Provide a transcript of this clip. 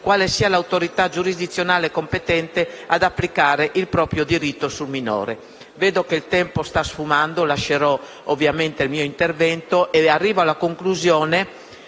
quale sia l'autorità giurisdizionale competente ad applicare il proprio diritto sul minore. Vedo che il tempo sta sfumando. Lascerò il testo del mio intervento, affinché sia